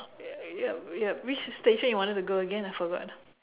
ya yup yup which station you wanted to go again I forgot